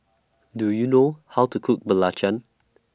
Do YOU know How to Cook Belacan